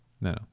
no